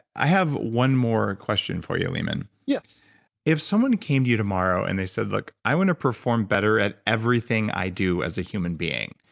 i have one more question for you, leemon yes if someone came to you tomorrow and they said, look. i want to perform better at everything i do as a human being.